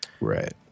right